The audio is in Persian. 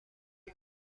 کنید